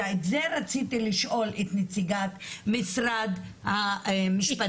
ואת זה רציתי לשאול את נציגת משרד המשפטים.